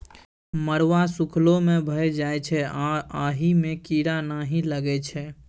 मरुआ सुखलो मे भए जाइ छै आ अहि मे कीरा नहि लगै छै